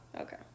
Okay